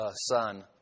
son